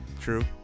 True